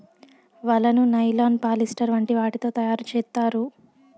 వలను nylon, polyester వంటి వాటితో తయారు చేత్తారు